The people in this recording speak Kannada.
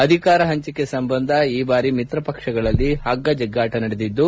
ಅಧಿಕಾರ ಹಂಚಿಕೆ ಸಂಬಂಧ ಈ ಬಾರಿ ಮಿತ್ರಪಕ್ಷಗಳಲ್ಲಿ ಹಗ್ಗ ಜಗ್ಗಾಟ ನಡೆದಿದ್ದು